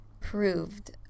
proved